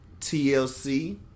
TLC